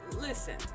listen